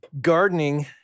Gardening